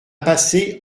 passé